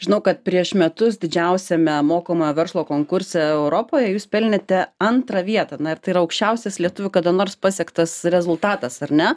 žinau kad prieš metus didžiausiame mokomojo verslo konkurse europoje jūs pelnėte antrą vietą na ir tai yra aukščiausias lietuvių kada nors pasiektas rezultatas ar ne